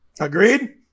Agreed